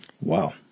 Wow